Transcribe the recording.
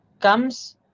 comes